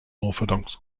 orthodox